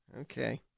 Okay